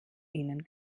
ihnen